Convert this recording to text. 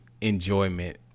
enjoyment